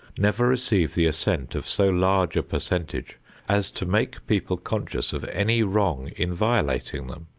never receive the assent of so large a percentage as to make people conscious of any wrong in violating them,